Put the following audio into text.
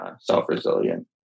self-resilient